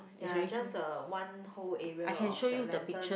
ya just a one whole area of the lantern